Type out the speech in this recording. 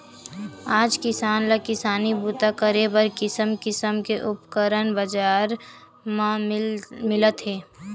आज किसान ल किसानी बूता करे बर किसम किसम के उपकरन बजार म मिलत हे